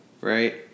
right